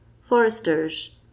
foresters